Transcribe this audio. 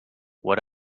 what